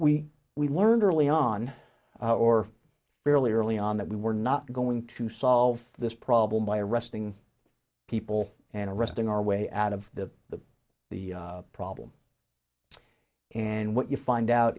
we we learned early on or fairly early on that we were not going to solve this problem by arresting people and arresting our way out of the the the problem and what you find out